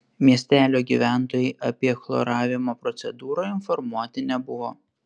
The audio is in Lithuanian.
miestelio gyventojai apie chloravimo procedūrą informuoti nebuvo